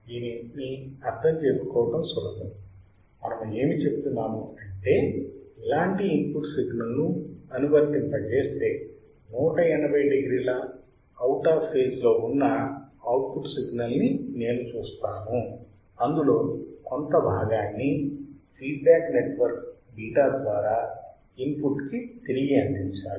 దీనిని అర్ధము చేసుకోవటం సులభం మనము ఏమి చెపుతున్నాము అంటే ఇలాంటి ఇన్పుట్ సిగ్నల్ ను వర్తింపజేస్తే 180 డిగ్రీల అవుట్ ఆఫ్ ఫేజ్ లో ఉన్న అవుట్పుట్ సిగ్నల్ ని నేను చూస్తాను అందులో కొంత భాగాన్ని ఫీడ్ బ్యాక్ నెట్వర్క్ β ద్వారా ఇన్పుట్ కి తిరిగి అందించాలి